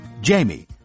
Jamie